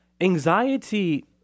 Anxiety